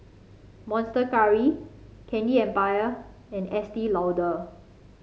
Monster Curry Candy Empire and Estee Lauder